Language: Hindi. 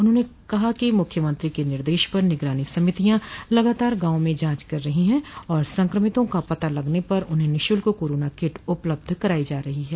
उन्होंने कहा कि मुख्यमंत्री के निर्देश पर निगरानी समितियां लगातार गांवों में जांच कर रही है और संक्रमितों का पता लगने पर उन्हें निःशुल्क कोरोना किट उपलब्ध कराई जा रही है